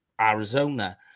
Arizona